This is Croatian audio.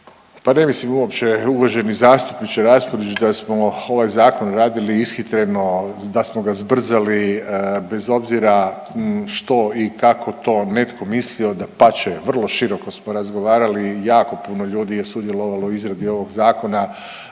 Pa ne mislim uopće uvaženi zastupniče Raspudić da smo ovaj zakon radili ishitreno, da smo ga zbrzali, bez obzira što i kako to netko mislio, dapače vrlo široko smo razgovarali i jako puno ljudi je sudjelovalo u izradi ovog zakona.